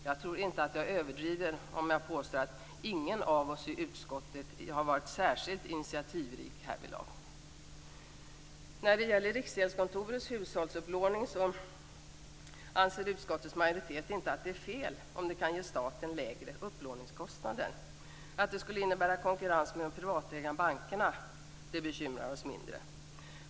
Jag tror inte att jag överdriver om jag påstår att ingen av oss i utskottet har varit särskilt initiativrik härvidlag. Utskottsmajoriteten anser inte att det är fel om Riksgäldskontorets hushållsupplåning kan ge staten lägre upplåningskostnader. Att det skulle innebära konkurrens med de privatägda bankerna bekymrar oss mindre.